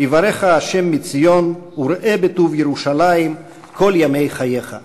"יברכך ה' מציון וראה בטוב ירושלים כל ימי חייך".